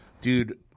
dude